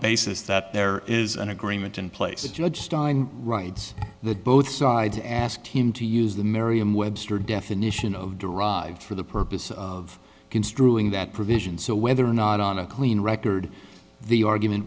basis that there is an agreement in place a judge stein writes that both sides asked him to use the merriam webster definition of derived for the purpose of construing that provision so whether or not on a clean record the argument